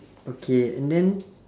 okay and then